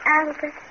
Albert